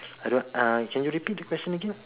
I don't uh can you repeat the question again